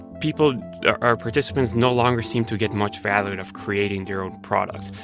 people our participants no longer seemed to get much value and of creating their own products,